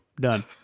Done